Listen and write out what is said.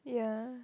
yeah